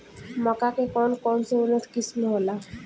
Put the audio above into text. मक्का के कौन कौनसे उन्नत किस्म होला?